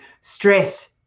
stress